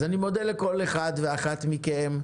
אז אני מודה לכל אחד ואחת מכם,